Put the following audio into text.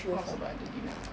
oh sebab ada dina